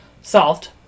solved